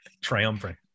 Triumvirate